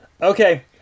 Okay